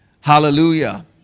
Hallelujah